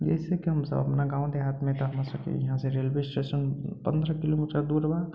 जाहिसे कि हम सभ अपना गाँव देहातमे हमरा सभके यहाँसँ रेलवे स्टेशन पन्द्रह किलोमीटर दूर बा